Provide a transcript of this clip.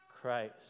Christ